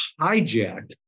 hijacked